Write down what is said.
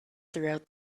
throughout